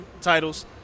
titles